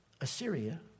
Assyria